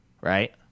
right